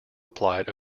applied